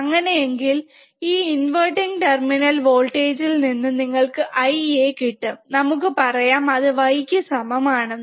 അങ്ങനെ എങ്കിൽ ഈ ഇൻവെർട്ടിങ് ടെർമിനൽ വോൾട്ടേജിൽ നിന്ന് നിങ്ങൾക് Ia കിട്ടും നമുക്ക് പറയാം അത് y ക്ക് സമം ആണെന്ന്